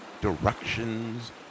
directions